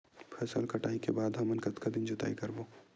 फसल कटाई के बाद हमन कतका दिन जोताई करबो?